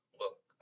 look